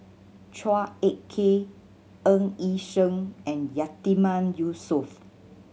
Chua Ek Kay Ng Yi Sheng and Yatiman Yusof